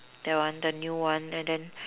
that one the new one and then